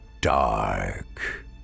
dark